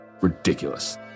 Ridiculous